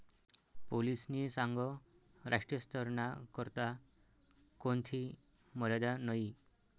पोलीसनी सांगं राष्ट्रीय स्तरना करता कोणथी मर्यादा नयी